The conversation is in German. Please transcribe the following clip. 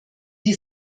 die